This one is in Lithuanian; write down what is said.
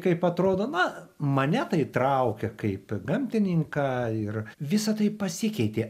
kaip atrodo na mane tai traukia kaip gamtininką ir visa tai pasikeitė